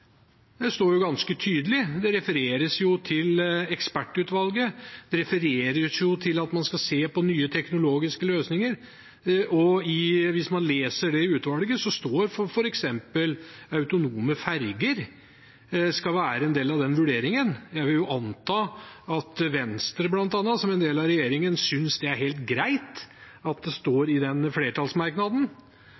det står ganske tydelig der. Det refereres til ekspertutvalget og at man skal se på nye teknologiske løsninger. Hvis man leser det utvalget har skrevet, står det f.eks. at autonome ferger skal være en del av den vurderingen. Jeg vil anta at bl.a. Venstre, som en del av regjeringen, synes det er helt greit at det står